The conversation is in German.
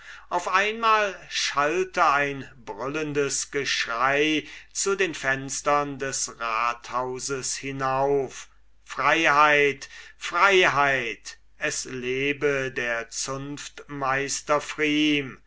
auf einmal schallte ein brüllendes geschrei zu den fenstern des rathauses hinauf freiheit freiheit es lebe der